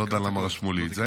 אני לא יודע למה כתבו לי את זה.